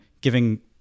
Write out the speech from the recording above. giving